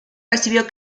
recibió